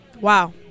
Wow